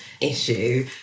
issue